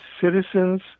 citizens